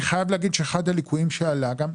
אני חייב להגיד שאחד הליקויים שעלה גם,